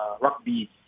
rugby